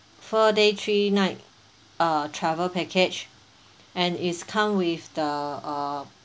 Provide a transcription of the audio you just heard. four day three night uh travel package and it's come with the uh